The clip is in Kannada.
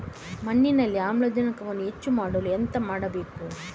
ಮಣ್ಣಿನಲ್ಲಿ ಆಮ್ಲಜನಕವನ್ನು ಹೆಚ್ಚು ಮಾಡಲು ಎಂತ ಮಾಡಬೇಕು?